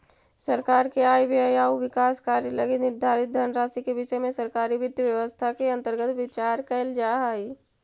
सरकार के आय व्यय आउ विकास कार्य लगी निर्धारित धनराशि के विषय में सरकारी वित्त व्यवस्था के अंतर्गत विचार कैल जा हइ